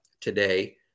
today